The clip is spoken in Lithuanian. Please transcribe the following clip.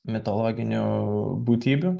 mitologinių būtybių